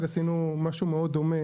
עשינו משהו מאוד דומה